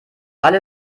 alle